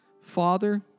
Father